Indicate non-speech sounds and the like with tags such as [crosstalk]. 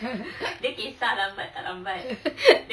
[laughs]